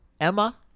Emma